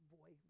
boy